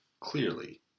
clearly